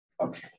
Okay